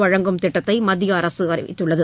வழங்கும் திட்டத்தை மத்திய அரசு அறிவித்துள்ளது